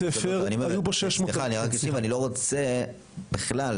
אני לא רוצה להצמיד בכלל,